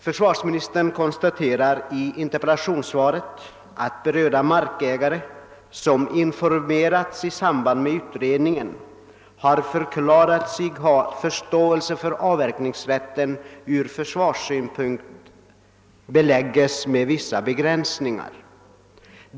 Försvarsministern konstaterar i interpellationssvaret att berörda markägare, som informerats i samband med utredningen, har förklarat sig ha förståelse för att avverkningsrätten av försvarshänsyn beläggs med vissa begränsningar.